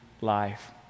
life